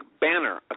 banner